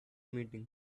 meeting